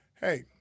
Hey